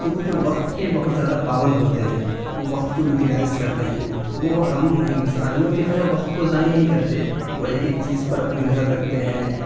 کہ وہ جو وقت کے بہت زیادہ پابند ہوتے ہیں وہ وقت کو یوٹیلائز کرتے ہیں وہ ہم ہندوستانیوں کی طرح وقت کو ضائع نہیں کرتے وہ ایک ایک چیز پر اپنی نظر رکھتے ہیں